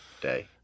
day